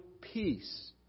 peace